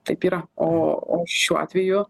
taip yra o o šiuo atveju